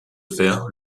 fer